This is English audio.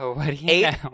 Eight